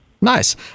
Nice